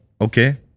Okay